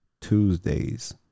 Tuesdays